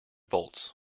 volts